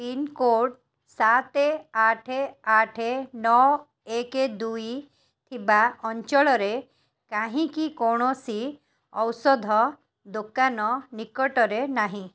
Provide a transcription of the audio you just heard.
pincode ସାତେ ଆଠେ ଆଠେ ନଅ ଏକେ ଦୁଇ ଥିବା ଅଞ୍ଚଳରେ କାହିଁକି କୌଣସି ଔଷଧ ଦୋକାନ ନିକଟରେ ନାହିଁ